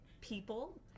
people